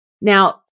Now